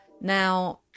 Now